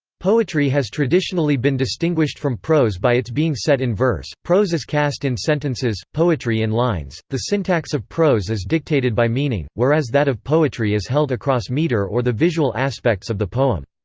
poetry has traditionally been distinguished from prose by its being set in verse prose is cast in sentences, poetry in lines the syntax of prose is dictated by meaning, whereas that of poetry is held across meter or the visual aspects of the poem.